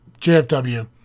JFW